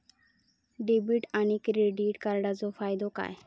Debit आणि credit कार्डचो फायदो काय?